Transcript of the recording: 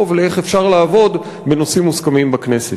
איך אפשר לעבוד בנושאים מוסכמים בכנסת.